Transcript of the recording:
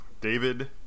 David